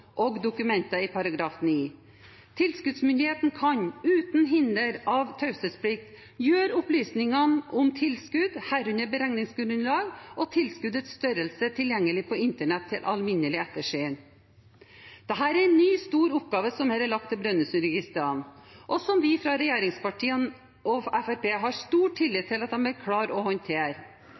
tilskudd, herunder beregningsgrunnlag og tilskuddets størrelse, tilgjengelig på internett til alminnelig ettersyn. Det er en ny stor oppgave som her er lagt til Brønnøysundregistrene, og som vi fra regjeringspartiene og Fremskrittspartiet har stor tillit til at de vil klare å håndtere.